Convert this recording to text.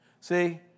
See